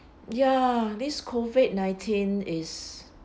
ya this COVID nineteen is